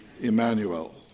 Emmanuel